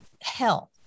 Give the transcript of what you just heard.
health